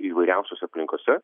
įvairiausiose aplinkose